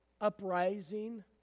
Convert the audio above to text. uprising